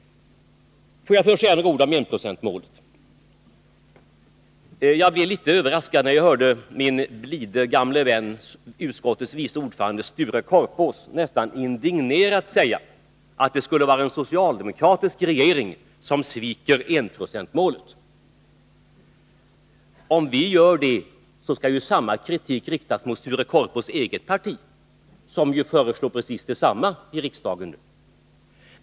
Får jag först säga några ord om enprocentsmålet. Jag blev litet överraskad när jag hörde min blide gamle vän, utskottets vice ordförande Sture Korpås, nästan indignerat säga att det skulle vara en socialdemokratisk regering som sviker enprocentsmålet. Om vi gör det skall samma kritik riktas mot Sture Korpås eget parti, som föreslår precis detsamma i riksdagen.